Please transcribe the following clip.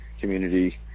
community